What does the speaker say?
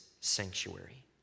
sanctuary